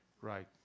Right